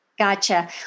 gotcha